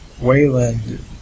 Wayland